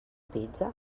pizza